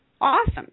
awesome